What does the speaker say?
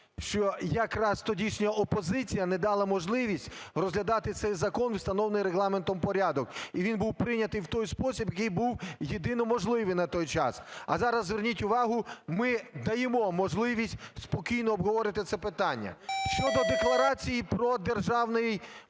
що якраз тодішня опозиція не дала можливість розглядати цей Закон у встановленому Регламентом порядку і він був прийнятий в той спосіб, який був єдино можливий на той час. А зараз, зверніть увагу, ми даємо можливість спокійно обговорити це питання. Щодо Декларації про державний